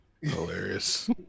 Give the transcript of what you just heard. Hilarious